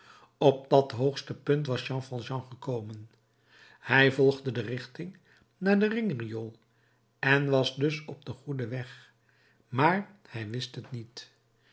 op dat hoogste punt was jean valjean gekomen hij volgde de richting naar het ringriool en was dus op den goeden weg maar hij wist het niet